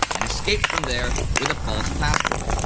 and escaped from there with a false passport.